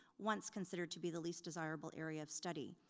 once considered to be the least desirable area of study,